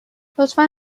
لطفا